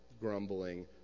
grumbling